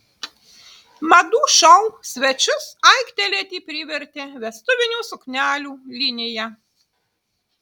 madų šou svečius aiktelėti privertė vestuvinių suknelių linija